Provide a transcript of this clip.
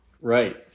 Right